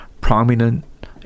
prominent